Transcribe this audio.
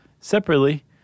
separately